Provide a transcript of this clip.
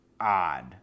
odd